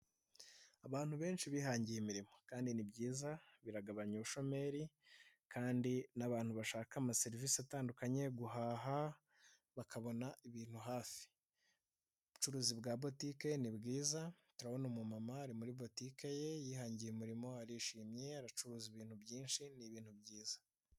Abantu benshi bihangiye imirimo kandi ni byiza biragagabanya ubushomeri kandi n'abantu bashaka amaserivisi atandukanye guhaha, bakabona ibintu hafi; ubucuruzi bwa botike ni bwiza, turabona umumama ari muri butike ye, yihangiye umurimo, arishimye aracuruza ibintu byinshi, ni ibintu byiza.